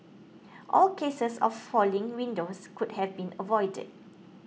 all cases of falling windows could have been avoided